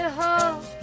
hold